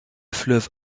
fleuve